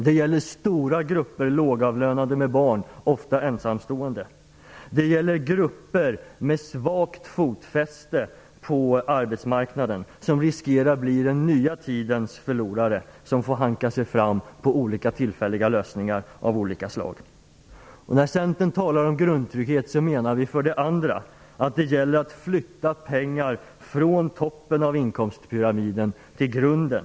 Det gäller stora grupper lågavlönade med barn - ofta ensamstående -, och det gäller grupper med svagt fotfäste på arbetsmarknaden som riskerar att bli den nya tidens förlorare som får hanka sig fram med olika tillfälliga lösningar av olika slag. För det andra menar vi i Centern med grundtrygghet att det gäller att flytta pengar från toppen av inkomstpyramiden till grunden.